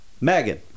Megan